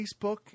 Facebook